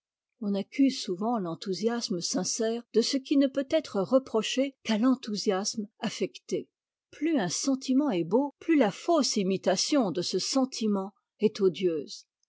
physique a on accuse souvent l'enthousiasme sincère de ce qui ne peut être reproché qu'à l'enthousiasme af fecté plus un sentiment est beau plus la fausse imitation de ce sentiment est odieuse